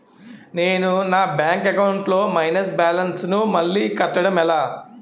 నేను నా bank account లొ మైనస్ బాలన్స్ ను మళ్ళీ కట్టడం ఎలా?